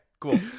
cool